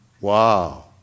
Wow